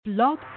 Blog